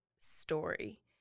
story